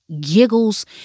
giggles